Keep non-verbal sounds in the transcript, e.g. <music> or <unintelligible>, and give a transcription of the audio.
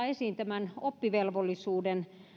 <unintelligible> esiin myös oppivelvollisuuden